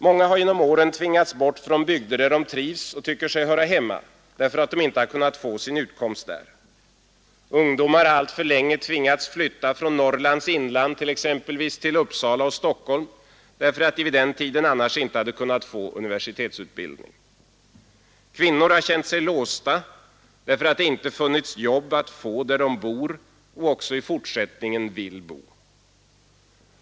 Många har genom åren tvingats bort från bygder där de trivs och tycker sig höra hemma, därför att de inte kunnat få sin utkomst där. Ungdomar har alltför länge tvingats flytta från t.ex. Norrlands inland till Uppsala och Stockholm — därför att de vid den tiden annars inte hade kunnat få universitetsutbildning. Kvinnor har känt sig låsta — därför att det inte funnits jobb att få där de bor och också i fortsättningen vill bo.